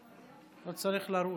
לא צריך לרוץ.